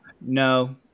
No